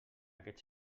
aquest